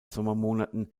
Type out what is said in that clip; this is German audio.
sommermonaten